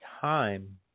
time